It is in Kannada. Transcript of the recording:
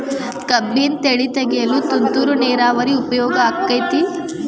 ಕಬ್ಬಿನ ಬೆಳೆ ತೆಗೆಯಲು ತುಂತುರು ನೇರಾವರಿ ಉಪಯೋಗ ಆಕ್ಕೆತ್ತಿ?